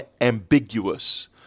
ambiguous